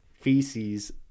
feces